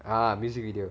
ah music video